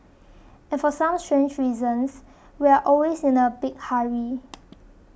and for some strange reasons we are always in a big hurry